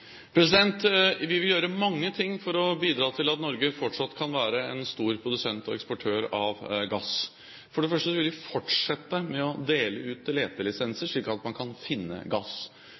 Vi vil gjøre mange ting for å bidra til at Norge fortsatt kan være en stor produsent og eksportør av gass. For det første vil vi fortsette med å dele ut letelisenser, slik at man kan finne gass.